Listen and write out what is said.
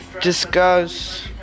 discuss